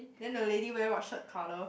then the lady wear what shirt colour